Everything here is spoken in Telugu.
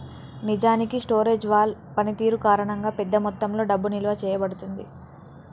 నిజానికి స్టోరేజ్ వాల్ పనితీరు కారణంగా పెద్ద మొత్తంలో డబ్బు నిలువ చేయబడుతుంది